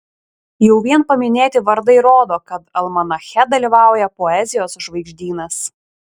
jau vien paminėti vardai rodo kad almanache dalyvauja poezijos žvaigždynas